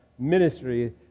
ministry